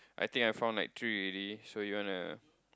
I think I found like three already so you wanna